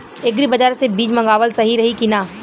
Agri बाज़ार से बीज मंगावल सही रही की ना?